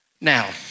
Now